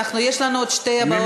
יש לנו עוד שתי בקשות,